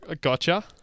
Gotcha